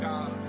God